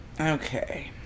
okay